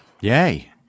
Yay